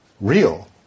real